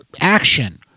action